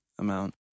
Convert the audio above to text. amount